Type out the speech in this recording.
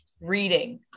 reading